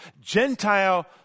Gentile